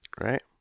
right